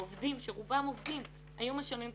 העובדים ורובם עובדים היו משלמים את